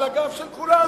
על הגב של כולנו.